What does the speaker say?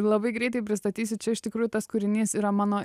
labai greitai pristatysiu čia iš tikrųjų tas kūrinys yra mano